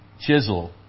chisel